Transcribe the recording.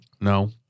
No